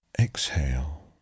Exhale